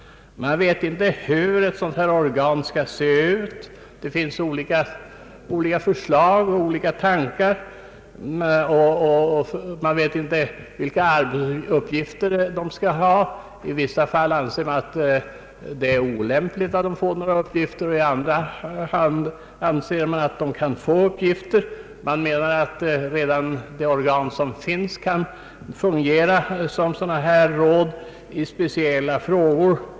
Man vet inte hur ett sådant här organ skall se ut. Det finns olika förslag och tankar, men man vet inte vilka arbetsuppgifter organet skall ha. I vissa fall anser man att det är olämpligt att det får några uppgifter alls och i andra fall anses att det kan få vissa uppgifter. Andra åter menar att redan de organ som finns kan fungera som sådana här råd i speciella frågor.